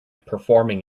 performing